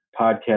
podcast